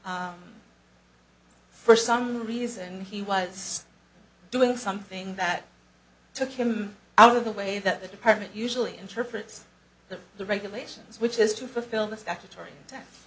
that for some reason he was doing something that took him out of the way that the department usually interprets the the regulations which is to fulfill the statutory